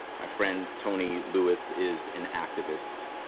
my friend, tony lewis, is an activist,